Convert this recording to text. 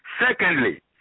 Secondly